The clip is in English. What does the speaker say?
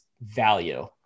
value